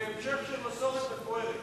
זה המשך של מסורת מפוארת.